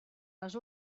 les